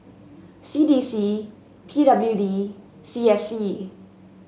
C D C P W D C S C